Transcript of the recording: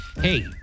hey